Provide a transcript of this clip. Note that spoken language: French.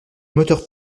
moteur